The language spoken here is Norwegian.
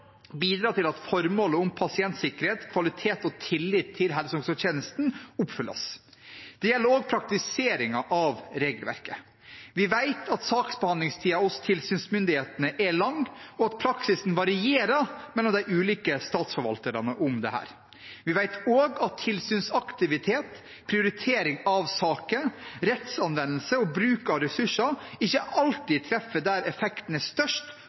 bidrar til at formålet om pasientsikkerhet, kvalitet og tillit til helse- og omsorgstjenesten oppfylles. Det gjelder også praktiseringen av regelverket. Vi vet at saksbehandlingstiden hos tilsynsmyndighetene er lang, og at praksisen rundt dette varierer mellom de ulike statsforvalterne. Vi vet også at tilsynsaktivitet, prioritering av saker, rettsanvendelse og bruk av ressurser ikke alltid treffer der effekten er størst